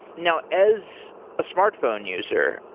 now as a smartphone user,